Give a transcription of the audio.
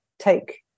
take